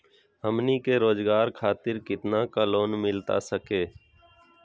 हमनी के रोगजागर खातिर कितना का लोन मिलता सके?